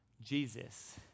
Jesus